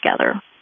together